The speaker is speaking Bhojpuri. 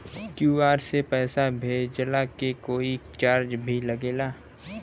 क्यू.आर से पैसा भेजला के कोई चार्ज भी लागेला?